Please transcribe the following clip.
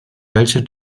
welche